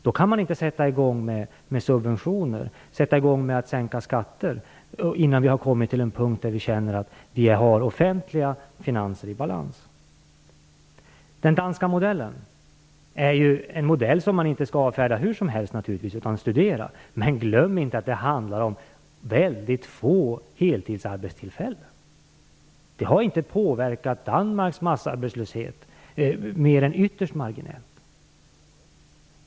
Vi kan inte sätta i gång med subventioner och skattesänkningar innan vi har kommit till en punkt där vi känner att vi har offentliga finanser i balans. Den danska modellen skall naturligtvis inte avfärdas hur som helst, utan den skall man studera. Men glöm inte att det handlar om väldigt få heltidsarbetstillfällen. Detta har inte påverkat Danmarks massarbetslöshet mer än ytterst marginellt.